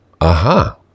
aha